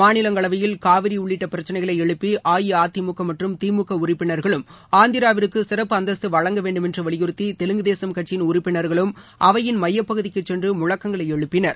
மாநிலங்களவையில் காவிரி உள்ளிட்ட பிரச்சினைகளை எழுப்பி அஇஅதிமுக மற்றும் திமுக உறுப்பினா்களும் ஆந்திராவிற்கு சிறப்பு அந்தஸ்து வழங்க வேண்டுமென்று வலியுறுத்தி தெலுங்கு தேசம் கட்சியின் உறுப்பினர்களும் அவையின் மையப்பகுதிக்குச் சென்று முழக்க்ங்களை எழுப்பினர்